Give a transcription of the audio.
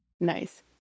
Nice